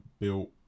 built